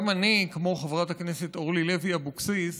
גם אני, כמו חברת הכנסת אורלי לוי אבקסיס,